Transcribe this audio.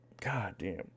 goddamn